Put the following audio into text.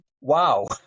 Wow